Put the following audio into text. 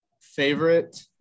Favorite